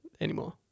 anymore